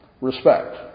Respect